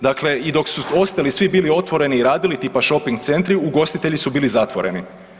Dakle, i dok su ostali svi bili otvoreni i radili tipa shopping centri, ugostitelji su bili zatvoreni.